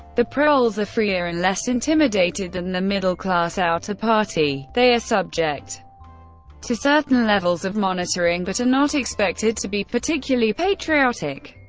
the proles are freer and less intimidated than the middle-class outer party they are subject to certain levels of monitoring, but are not expected to be particularly patriotic.